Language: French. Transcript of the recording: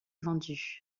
vendus